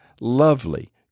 lovely